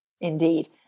indeed